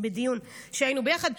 בדיון שהיינו בו יחד,